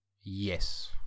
Yes